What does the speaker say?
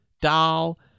doll